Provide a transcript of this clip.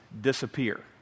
disappear